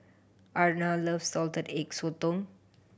Erna loves Salted Egg Sotong